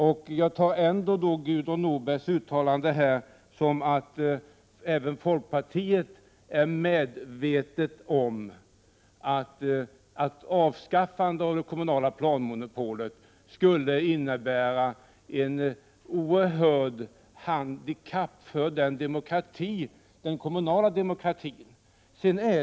Jag tolkar ändå Gudrun Norbergs uttalande här som att även folkpartiet är medvetet om att avskaffande av det kommunala planmonopolet skulle innebära ett oerhört handikapp för den kommunala demokratin.